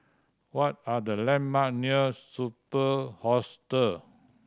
what are the landmark near Superb Hostel